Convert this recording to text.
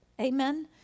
Amen